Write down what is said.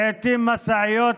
לעיתים משאיות